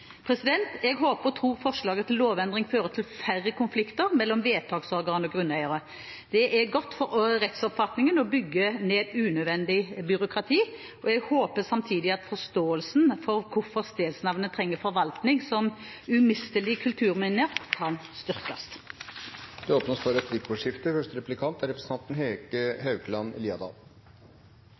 det. Jeg håper og tror forslaget til lovendring fører til færre konflikter mellom vedtaksorgan og grunneiere. Det er godt for rettsoppfatningen og bygger ned unødvendig byråkrati. Jeg håper samtidig at forståelsen for hvorfor stedsnavnene trenger forvaltning som umistelige kulturminner, kan styrkes. Det åpnes for replikkordskifte.